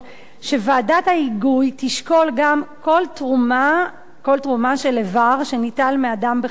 שוועדת ההיגוי תשקול גם כל תרומה של איבר שניטל מאדם בחייו,